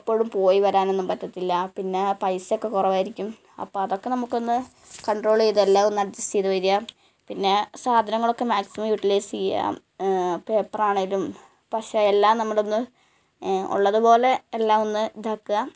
എപ്പോഴും പോയി വരാനൊന്നും പറ്റത്തില്ല പിന്നേ പൈസയൊക്കെ കുറവായിരിക്കും അപ്പം അതൊക്കെ നമുക്ക് ഒന്ന് കണ്ട്രോൾ ചെയ്ത് എല്ലാം ഒന്ന് അഡ്ജസ്റ്റ് ചെയ്ത് വരിക പിന്നെ സാധനങ്ങളൊക്കെ മാക്സിമം യൂട്ടിലൈസ് ചെയ്യാം പേപ്പറാണെങ്കിലും പശ എല്ലാം നമ്മളൊന്ന് ഉള്ളത് പോലെ എല്ലാം ഒന്ന് ഇതാക്കുക